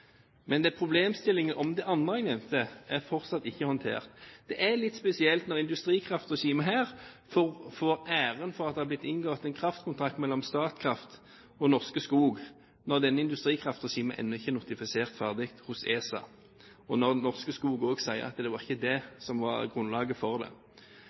Men den andre problemstillingen jeg nevnte, er fortsatt ikke håndtert. Det er litt spesielt når industrikraftregimet her får æren for at det er blitt inngått en kraftkontrakt mellom Statkraft og Norske Skog når dette industrikraftregimet ennå ikke er ferdig notifisert hos ESA, og når Norske Skog sier at det var ikke det som var grunnlaget for det.